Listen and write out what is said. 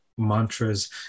mantras